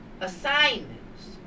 assignments